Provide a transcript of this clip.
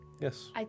Yes